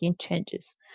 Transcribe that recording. changes